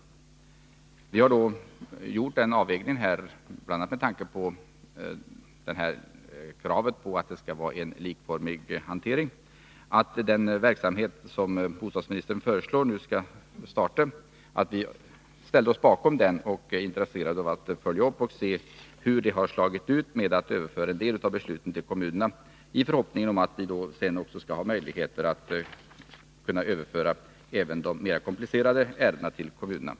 Vi har gjort en sådan avvägning — bl.a. med tanke på kravet på att det skall vara en likformig hantering — att vi ställde oss bakom bostadsministerns förslag. Och vi är intresserade av att följa upp och se hur det kommer att slå om man överför en del av besluten till kommunerna — detta i förhoppningen att vi sedan skall ha möjligheter att överföra även de mer komplicerade ärendena till kommunerna.